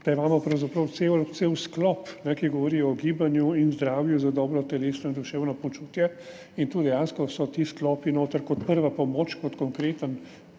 da imamo pravzaprav cel sklop, ki govori o gibanju in zdravju za dobro telesno in duševno počutje in tu so dejansko ti sklopi notri kot prva pomoč,